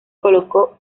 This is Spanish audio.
colocó